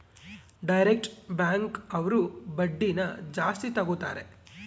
direct bank ಅವ್ರು ಬಡ್ಡಿನ ಜಾಸ್ತಿ ತಗೋತಾರೆ